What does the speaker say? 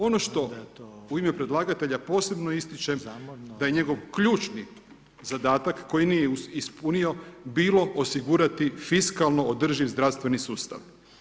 Ono što u ime predlagatelja posebno ističem da je njegov ključni zadatak koji nije ispunio bilo osigurati fiskalno održiv zdravstveni sustav.